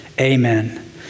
amen